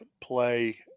play